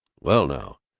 well now,